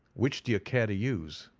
which do you care to use?